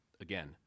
again